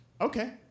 okay